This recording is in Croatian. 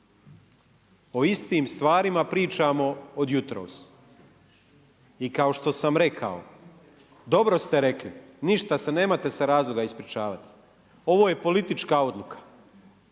O istim stvarima pričamo od jutros. I kao što sam rekao, dobro ste rekli, nema te se razloga ispričavat, ovo je politička odluka,